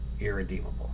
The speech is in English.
irredeemable